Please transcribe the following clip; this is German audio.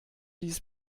dies